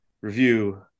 review